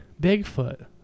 Bigfoot